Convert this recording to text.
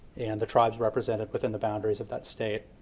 and the tribes represented within the boundaries of that state.